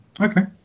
Okay